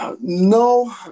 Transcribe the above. No